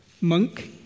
monk